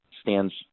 stands